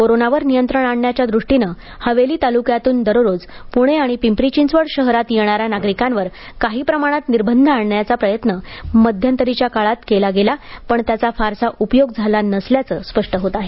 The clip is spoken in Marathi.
कोरोनावर नियंत्रण आणण्याच्या द्रष्टीनं हवेली तालुक्यातून दररोज पुणे अथवा पिंपरी चिंचवड शहरात येणाऱ्या नागरिकांवर काही प्रमाणात निर्बंध आणण्याचा प्रयत्न मध्यंतरीच्या काळात केला गेला पण त्याचा फारसा उपयोग झाला नसल्याचंच स्पष्ट होत आहे